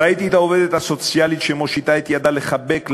ראיתי את העובדת הסוציאלית שמושיטה את ידה לחבק,